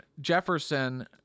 Jefferson